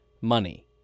money